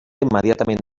immediatament